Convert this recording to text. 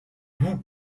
vous